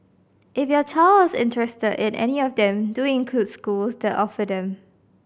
if your child is interested in any of them do include schools that offer them